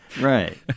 Right